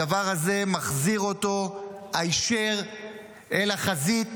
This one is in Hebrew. הדבר הזה מחזיר אותו היישר אל החזית,